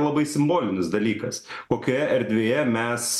labai simbolinis dalykas kokioje erdvėje mes